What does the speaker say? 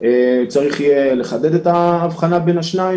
צריך יהיה לחדד את ההבחנה בין השניים.